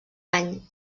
any